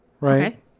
right